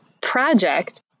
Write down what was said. project